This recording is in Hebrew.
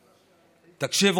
תקשיב,